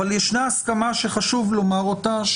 אבל ישנה הסכמה שחשוב לומר אותה,